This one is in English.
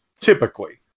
Typically